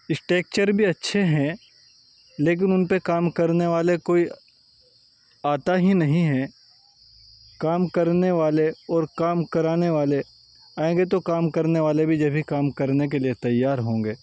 structure بھی اچھے ہیں لیکن ان پہ کام کرنے والے کوئی آتا ہی نہیں ہے کام کرنے والے اور کام کرانے والے آئیں گے تو کام کرنے والے بھی جبھی کام کرنے کے لیے تیار ہوں گے